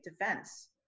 defense